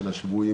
של השבויים,